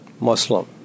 Muslim